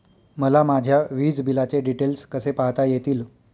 मला माझ्या वीजबिलाचे डिटेल्स कसे पाहता येतील?